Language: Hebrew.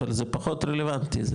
אבל זה פחות רלוונטי,